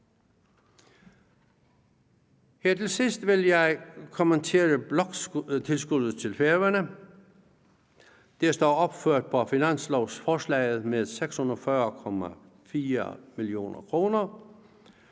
Her til sidst vil jeg kommentere bloktilskuddet til Færøerne. Det står opført på finanslovsforslaget med 640,4 mio. kr.